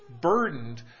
burdened